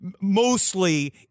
mostly